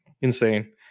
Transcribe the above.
insane